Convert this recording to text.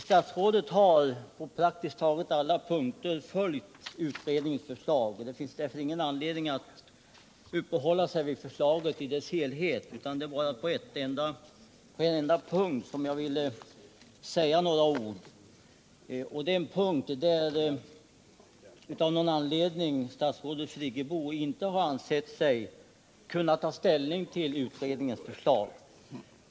Statsrådet har på praktiskt taget alla punkter följt utredningens förslag, och det finns därför ingen anledning att uppehålla sig vid förslaget i dess helhet. Jag vill bara säga några ord om en enda punkt, där av någon anledning statsrådet Friggebo inte har ansett sig kunna ta ställning till utredningens förslag.